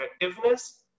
effectiveness